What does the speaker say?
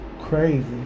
crazy